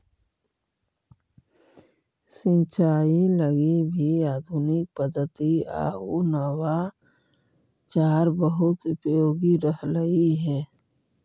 सिंचाई लगी भी आधुनिक पद्धति आउ नवाचार बहुत उपयोगी रहलई हे